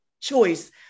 choice